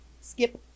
Skip